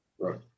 Right